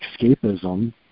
escapism